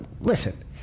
Listen